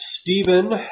Stephen